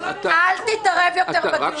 אל תתערב יותר בדיונים.